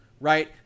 right